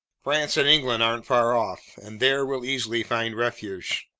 france and england aren't far off, and there we'll easily find refuge.